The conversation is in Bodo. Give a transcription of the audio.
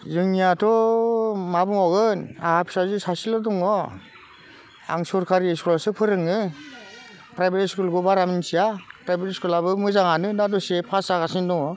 जोंनियाथ' मा बुंबावगोन आंहा फिसाजो सासेल' दङ आं सोरकारि स्कुलावसो फोरोङो प्राइभेट स्कुलखौ बारा मिथिया प्राइभेट स्कुलाबो मोजाङानो दा दसे पास जागासिनो दङ